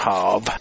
Hob